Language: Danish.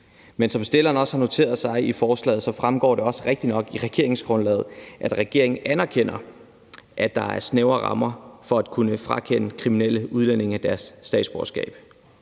forslagsstillerne også har noteret sig i forslaget, fremgår det rigtigt nok af regeringsgrundlaget, at regeringen anerkender, at der er snævre rammer for at kunne frakende kriminelle udlændinge deres statsborgerskab.